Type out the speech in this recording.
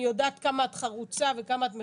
יודעת כמה את חרוצה וכמה את מחויבת.